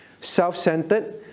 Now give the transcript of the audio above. self-centered